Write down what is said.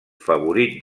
favorit